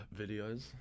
videos